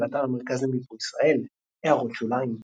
באתר המרכז למיפוי ישראל == הערות שוליים ==